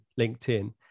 LinkedIn